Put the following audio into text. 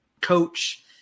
coach